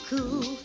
Cool